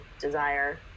desire